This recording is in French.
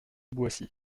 boissy